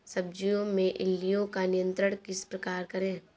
सब्जियों में इल्लियो का नियंत्रण किस प्रकार करें?